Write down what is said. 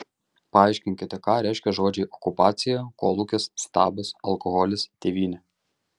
paaiškinkite ką reiškia žodžiai okupacija kolūkis stabas alkoholis tėvynė